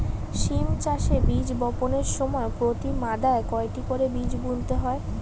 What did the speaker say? সিম চাষে বীজ বপনের সময় প্রতি মাদায় কয়টি করে বীজ বুনতে হয়?